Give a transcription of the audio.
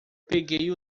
peguei